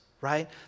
right